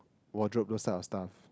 wardrobe those type of stuff